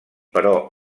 però